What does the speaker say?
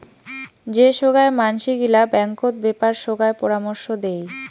যে সোগায় মানসি গিলা ব্যাঙ্কত বেপার সোগায় পরামর্শ দেই